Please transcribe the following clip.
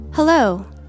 Hello